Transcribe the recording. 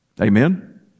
Amen